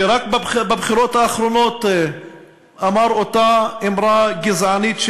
שרק בבחירות האחרונות אמר את אותה אמרה גזענית,